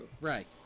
right